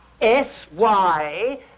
S-Y